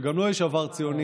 שגם לו יש עבר ציוני,